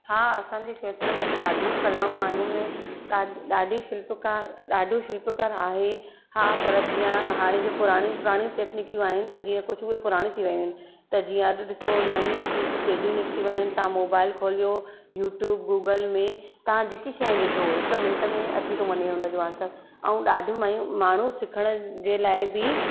हा असांजे क्षेत्र में त ॾाढियूं कलाऊं आहिनि ॾा ॾाढी शिल्पकारु ॾाढियूं शिल्पकारु आहे हा पर जीअं हाणे जे पुराणी पुराणी तकनीकियूं आहिनि उहे पुराणी थी वियूं आहिनि त जीअं अॼु ॾिसो नई तकनीकियूं केॾियूं निकतियूं आहिनि तव्हां मोबाइल खोलियो यूट्यूब गूगल में तव्हां जेकी शइ विझो हिक मिंट में अची थो वञे उनजो आनसर सभु ऐं ॾाढी माइयूं माण्हूं सिखण जे लाइ बि